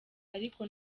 ariko